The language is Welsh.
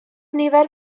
nifer